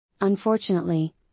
Unfortunately